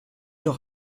doch